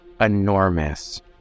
enormous